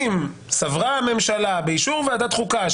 אם סברה הממשלה, באישור ועדת החוקה,